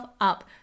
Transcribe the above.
up